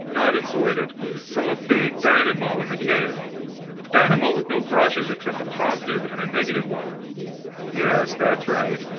not insulated from a big dynamo in the cave dynamo with no brushes except a positive and a negative one yes, that's right.